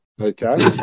okay